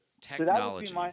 technology